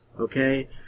okay